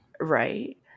right